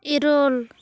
ᱤᱨᱚᱞ